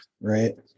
right